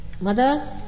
Mother